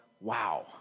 wow